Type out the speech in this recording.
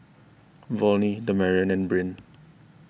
Volney Damarion and Brynn